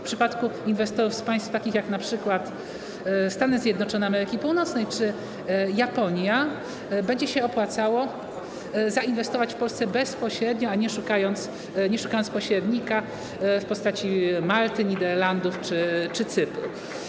W przypadku inwestorów z takich państw jak np. Stany Zjednoczone Ameryki Północnej czy Japonia będzie się opłacało zainwestować w Polsce bezpośrednio, a nie szukając pośrednika w postaci Malty, Niderlandów czy Cypru.